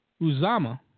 Uzama